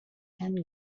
and